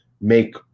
make